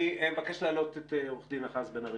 אני מבקש להעלות את עורך דין אחז בן-ארי,